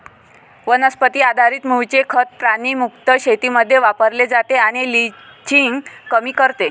वनस्पती आधारित मूळचे खत प्राणी मुक्त शेतीमध्ये वापरले जाते आणि लिचिंग कमी करते